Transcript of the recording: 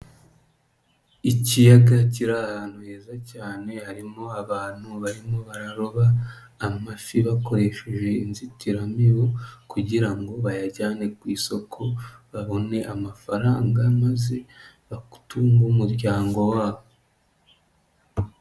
Ikiyaga kiri ahantu heza cyane harimo abantu barimo bararoba amafi bakoresheje inzitiramibu kugira ngo bayajyane ku isoko, babone amafaranga maze batunge umuryango wabo.